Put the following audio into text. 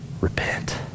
Repent